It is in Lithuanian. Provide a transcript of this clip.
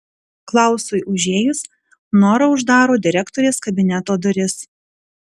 klausui užėjus nora uždaro direktorės kabineto duris